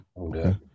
Okay